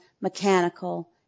mechanical